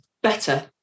better